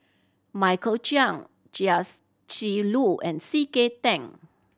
Michael Chiang Chia Lu and C K Tang